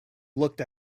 looked